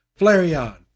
Flareon